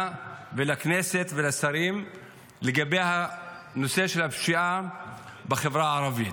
ולכנסת ולשרים לגבי הנושא של הפשיעה בחברה הערבית.